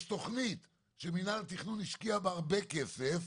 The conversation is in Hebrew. יש תכנית שמינהל התכנון השקיע בה הרבה כסף